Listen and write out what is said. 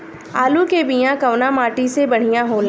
आलू के बिया कवना माटी मे बढ़ियां होला?